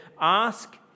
Ask